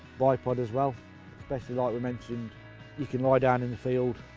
bipod as well especially like we mentioned you can lie down in the field,